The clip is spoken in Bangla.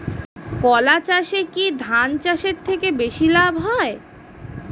কলা চাষে কী ধান চাষের থেকে বেশী লাভ হয়?